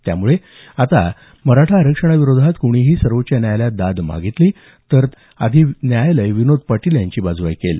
यामुळे आता मराठा आरक्षणाविरोधात कोणीही सर्वोच्च न्यायालयात दाद मागितली तरी न्यायालय आधी विनोद पाटील यांची बाजू ऐकेल